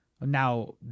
now